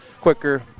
quicker